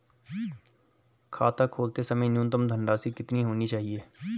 खाता खोलते समय न्यूनतम धनराशि कितनी होनी चाहिए?